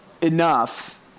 enough